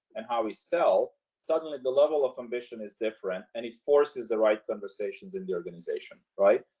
and how we sell suddenly the level of ambition is different and it forces the right conversations in the organization. right.